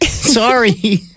Sorry